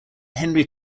henry